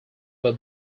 were